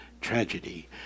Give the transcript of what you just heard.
tragedy